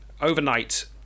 Overnight